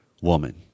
woman